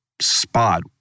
spot